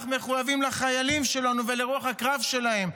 מחויבים לחיילים שלנו ולרוח הקרב שלהם,